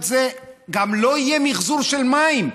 גם לא יהיה מחזוּר של מים,